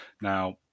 now